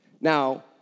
Now